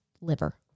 liver